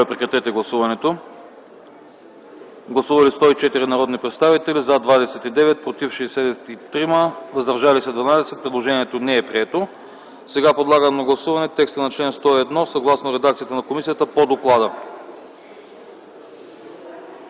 комисията не подкрепя. Гласували 104 народни представители: за 29, против 63, въздържали се 12. Предложението не е прието. Подлагам на гласуване текста на чл. 101, съгласно редакцията на комисията по доклада.